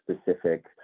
specific